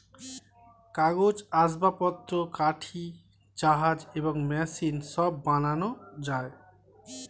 কাগজ, আসবাবপত্র, কাঠি, জাহাজ এবং মেশিন সব বানানো যায়